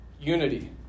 unity